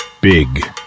Big